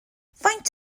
faint